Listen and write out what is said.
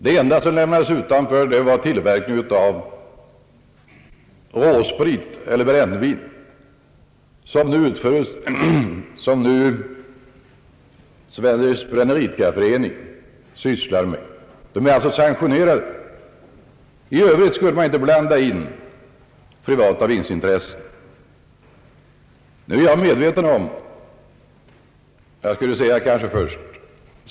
Det enda som lämnades utanför var tillverkningen av råsprit eller brännvin, som nu Sveriges bränneriidkarförening sysslar med. Den föreningen är alltså sanktionerad. I övrigt skall man inte blanda in privata vinstintressen.